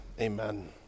Amen